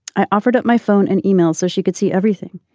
i offered up my phone and email so she could see everything.